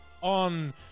On